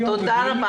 תודה רבה